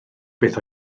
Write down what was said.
beth